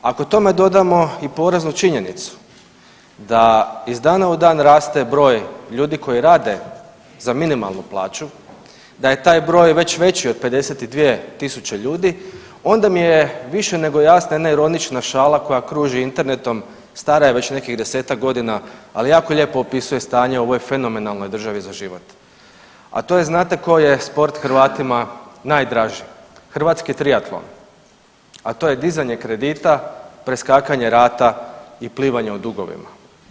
Ako tome dodamo i poraznu činjenicu da iz dana u dan raste broj ljudi koji rade za minimalnu plaću, da je taj broj već veći od 52.000 ljudi onda mi je više nego jasna jedna ironična šala koja kruži internetom, stara je već nekih desetak godina, ali jako lijepo opisuje stanje u ovoj fenomenalnoj državi za život, a to je znate koji je sport Hrvatima najdraži, hrvatski triatlon, a to je dizanje kredita, preskakanje rata i plivanje u dugovima.